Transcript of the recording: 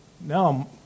Now